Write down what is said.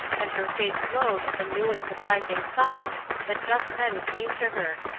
and her face glowed at the new and surprising thought that just then came to her.